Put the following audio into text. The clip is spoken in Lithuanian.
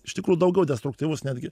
iš tikro daugiau destruktyvus netgi